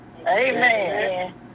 Amen